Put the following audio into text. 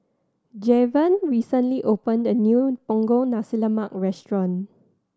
Javon recently opened a new Punggol Nasi Lemak restaurant